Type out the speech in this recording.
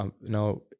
now